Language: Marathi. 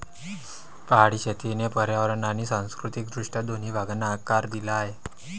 पहाडी शेतीने पर्यावरण आणि सांस्कृतिक दृष्ट्या दोन्ही भागांना आकार दिला आहे